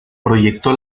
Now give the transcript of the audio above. proyectó